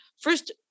First